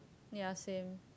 ya same